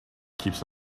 keeps